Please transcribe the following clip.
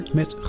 met